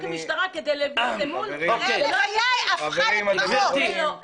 --- הלוויה הפכה לפרעות.